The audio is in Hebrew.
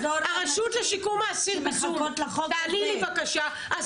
הרשות לשיקום האסיר בזום, תעני לי בבקשה.